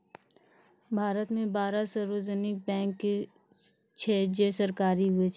भारत मे बारह सार्वजानिक बैंक छै जे सरकारी हुवै छै